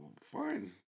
fine